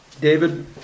David